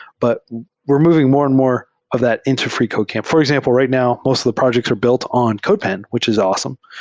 but we're moving more and more of that into freecodecamp. for example, right now, most of the projects are built on codepen, which is awesome.